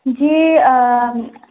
जी